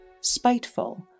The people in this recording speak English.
spiteful